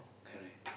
correct